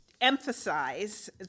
emphasize